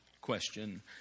question